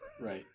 Right